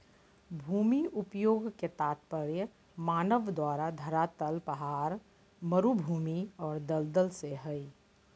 भूमि उपयोग के तात्पर्य मानव द्वारा धरातल पहाड़, मरू भूमि और दलदल से हइ